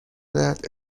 دهد